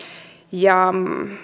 ja